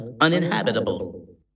uninhabitable